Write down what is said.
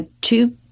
two